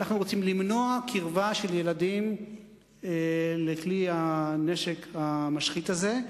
אנחנו רוצים למנוע קרבה של ילדים לכלי הנשק המשחית הזה.